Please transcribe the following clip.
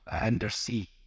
undersea